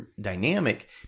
dynamic